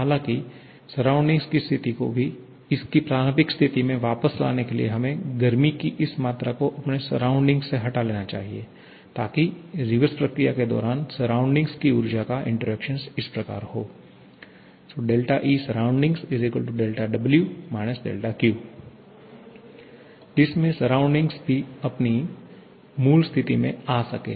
हालाँकि आसपास की स्थिति को भी इसकी प्रारंभिक स्थिति में वापस लाने के लिए हमें गर्मी की इस मात्रा को अपने सराउंडिंग से हटा लेना चाहिए ताकि रिवर्स प्रक्रिया के दौरान सराउंडिंग की ऊर्जा का इंटरेक्शन इस प्रकार हो 𝛥𝐸sur 𝛿W − 𝛿Q जिससे आसपास भी अपनी मूल स्थिति में आ सके